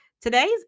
Today's